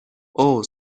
اوه